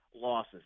losses